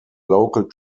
local